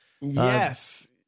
Yes